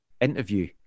interview